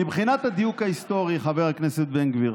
מבחינת הדיוק ההיסטורי, חבר הכנסת בן גביר,